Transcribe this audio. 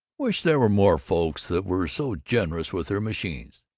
wish there were more folks that were so generous with their machines,